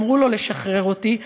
אמרו לו לשחרר אותי,